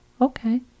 okay